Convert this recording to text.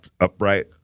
upright